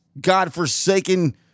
godforsaken